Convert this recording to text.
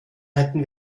hätten